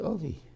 Ovi